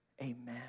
amen